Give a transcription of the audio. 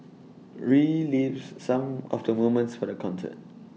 relives some of the moments for the concert